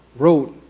wrote,